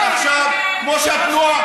כמו שהתנועה,